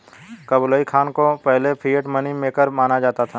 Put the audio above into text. Kublai Khan को पहले fiat money maker माना जाता है